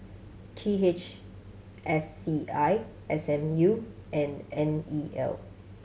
T H S C I S M U and N E L